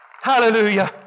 Hallelujah